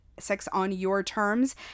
sexonyourterms